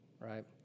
right